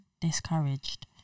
discouraged